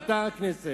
באותה כנסת,